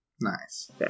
Nice